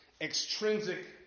Extrinsic